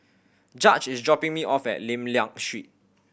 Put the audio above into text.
Judge is dropping me off at Lim Liak Street